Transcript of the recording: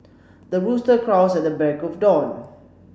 the rooster crows at the break of dawn